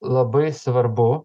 labai svarbu